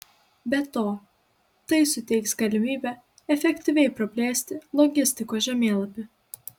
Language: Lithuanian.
be to tai suteiks galimybę efektyviai praplėsti logistikos žemėlapį